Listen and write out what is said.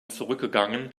zurückgegangen